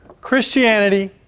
Christianity